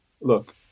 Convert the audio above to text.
look